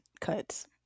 cuts